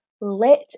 let